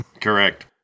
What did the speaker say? Correct